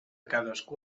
cadascú